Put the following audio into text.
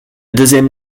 deuxième